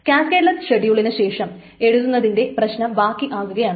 cascadeless ഷെഡ്യൂളിനു ശേഷം എഴുതുന്നതിന്റെ പ്രശ്നം ബാക്കിയാകുകയാണ്